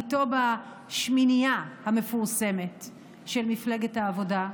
איתו בשמינייה המפורסמת של מפלגת העבודה,